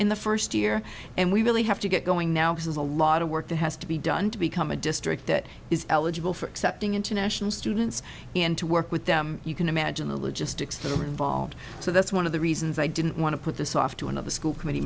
in the first year and we really have to get going now because a lot of work that has to be done to become a district that is eligible for accepting international students and to work with them you can imagine the logistics the involved so that's one of the reasons i didn't want to put this off to another school committee